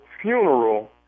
funeral